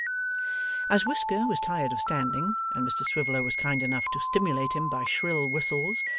as whisker was tired of standing, and mr swiveller was kind enough to stimulate him by shrill whistles,